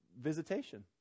Visitation